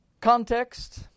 Context